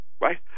right